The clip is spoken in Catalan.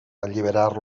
alliberar